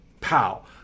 pow